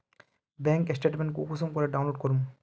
Bank statement कुंसम करे download करूम?